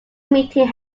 meeting